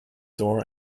door